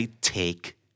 take